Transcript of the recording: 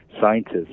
scientists